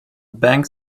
bank